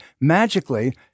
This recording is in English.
magically